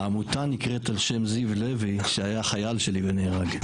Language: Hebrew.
העמותה נקראת ע"ש זיו לוי, שהיה חיל שלי ונהרג.